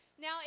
Now